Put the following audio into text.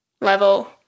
level